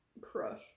crush